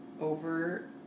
over